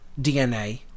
DNA